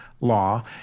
law